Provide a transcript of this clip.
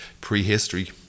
prehistory